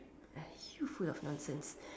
uh you full of nonsense